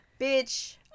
bitch